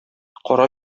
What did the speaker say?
кара